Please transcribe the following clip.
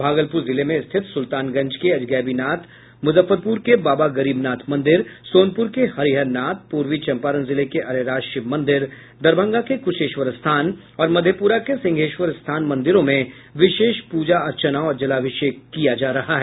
भागलपुर जिले में स्थित सुल्तानगंज के अजगैबीनाथ मुजफ्फरपुर के बाबा गरीबनाथ मंदिर सोनपुर के हरिहरनाथ पूर्वी चम्पारण जिले के अरेराज शिव मंदिर दरभंगा के कुशेश्वर स्थान और मधेपुरा के सिंहेश्वर स्थान मंदिरों में विशेष प्रजा अर्चना और जलाभिषेक किया जा रहा है